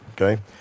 Okay